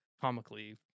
comically